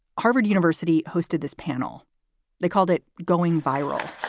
harvard university hosted this panel they called it going viral,